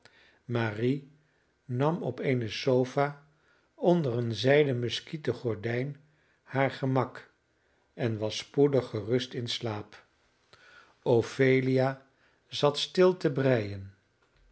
marie nam op eene sofa onder een zijden muskieten gordijn haar gemak en was spoedig gerust in slaap ophelia zat stil te breien